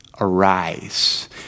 arise